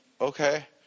Okay